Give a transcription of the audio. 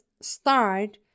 start